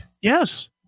Yes